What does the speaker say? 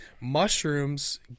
mushrooms